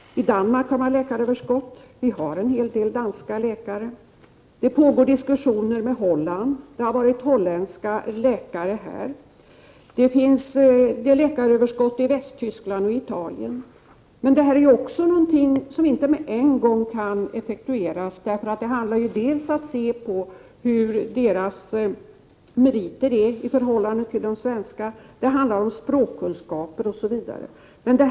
I Danmark har man läkaröverskott. Vi har en hel del danska läkare här. Det pågår diskussioner med Holland. Holländska läkare har varit här. Det är läkaröverskott i Västtyskland och Italien. Men det här är ju också någonting som inte kan effektueras på en gång. Det handlar ju dels om att se på dessa människors meriter i förhållande till de svenska läkarnas meriter, dels om språkkunskaper och annat.